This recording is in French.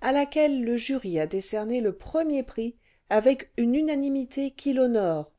à laquelle le jury a décerné le premier prix avec une unanimité qui l'honore